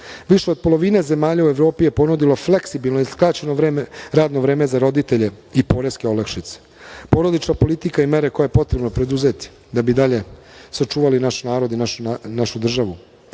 Više od polovine zemalja u Evropi je ponudilo fleksibilno i skraćeno radno vreme za roditelje i poreske olakšice. Porodična politika i mere koje je potrebno preduzeti da bi dalje sačuvali naš narod i našu državu,